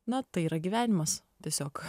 na tai yra gyvenimas tiesiog